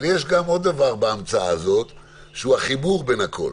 אבל יש עוד דבר בהמצאה הזו והוא החיבור בין כולם.